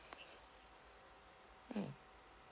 mm